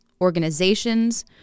organizations